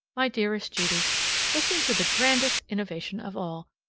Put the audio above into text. my dearest judy listen to the grandest innovation of all,